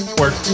work